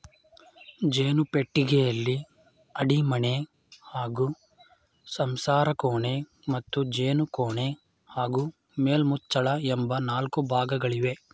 ಜೇನು ಪೆಟ್ಟಿಗೆಯಲ್ಲಿ ಅಡಿಮಣೆ ಹಾಗೂ ಸಂಸಾರಕೋಣೆ ಮತ್ತು ಜೇನುಕೋಣೆ ಹಾಗೂ ಮೇಲ್ಮುಚ್ಚಳ ಎಂಬ ನಾಲ್ಕು ಭಾಗಗಳಿವೆ